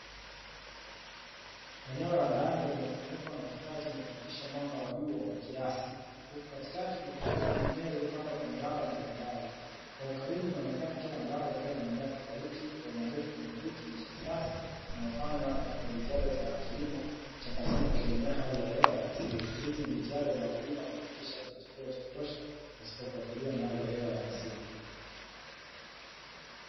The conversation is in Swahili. Eneo la ndani lenye kufunikwa na kifaa chenye kupitisha mwanga wa juu wa kwa kiasi, huku katikati kukionekana mimea iliyopandwa kwa miraba mbalimbali. Kwa hiyo karibu inaonekana kila mlaba ukiwa na mimea tofauti, kwa maana kilimo hiki ni cha kisasa na hufanywa na kwa jitihada za kutumia cha pasina kutegemea hali ya hewa ya asili. Hizi ni jitihada za wakulima kuhakikisha kuna chakula cha kutosha pasipokuathiriwa na hali ya hewa ya asili.